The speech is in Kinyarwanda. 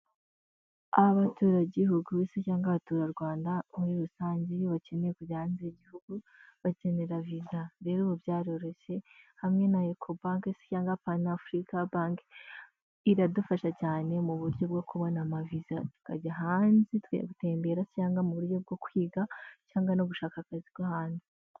Abaturagihugu se cyangwa abaturarwanda muri rusange iyo bakeneye kujya hanze y'igihugu bakenera viza, rero ubu byaroreshye hamwe na Eko banki se cyangwa Pana Afurika banki, iradufasha cyane mu buryo bwo kubona amaviza tukajya hanze tukajya gutembera cyangwa mu buryo bwo kwiga cyangwa no gushaka akazi ko hanze.